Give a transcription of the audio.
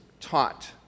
taught